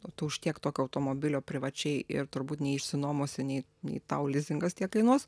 o tu už tiek tokio automobilio privačiai ir turbūt neišsinuomosi nei nei tau lizingas tiek kainuos